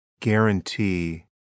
Guarantee